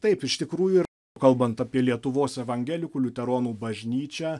taip iš tikrųjų kalbant apie lietuvos evangelikų liuteronų bažnyčią